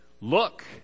Look